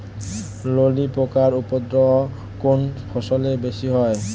ললি পোকার উপদ্রব কোন ফসলে বেশি হয়?